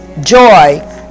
joy